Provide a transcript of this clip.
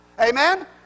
Amen